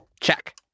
Check